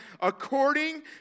according